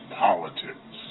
politics